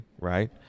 right